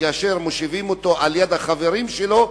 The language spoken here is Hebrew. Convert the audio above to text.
כאשר מושיבים אותו ליד החברים שלו,